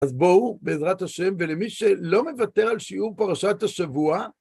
אז בואו בעזרת ה' ולמי שלא מוותר על שיעור פרשת השבוע